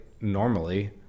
Normally